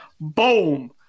boom